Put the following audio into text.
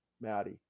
Maddie